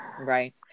right